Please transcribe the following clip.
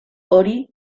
hori